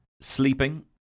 sleeping